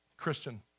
Christian